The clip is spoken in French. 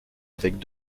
avec